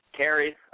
carrie